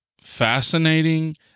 fascinating